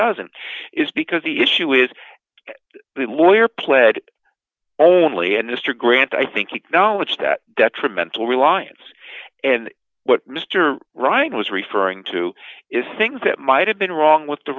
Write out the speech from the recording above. doesn't is because the issue is that the lawyer pled only and mr grant i think acknowledged that detrimental reliance and what mr ryan was referring to is things that might have been wrong with the